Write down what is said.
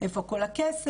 איפה כל הכסף,